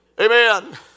Amen